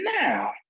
now